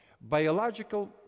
Biological